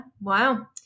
Wow